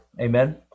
Amen